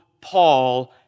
Paul